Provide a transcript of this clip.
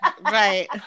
Right